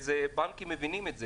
והבנקים מבינים את זה,